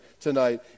tonight